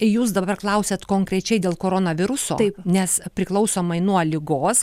jūs dabar klausiat konkrečiai dėl koronaviruso nes priklausomai nuo ligos